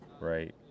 Right